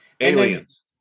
Aliens